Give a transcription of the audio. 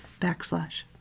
backslash